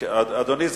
אדוני,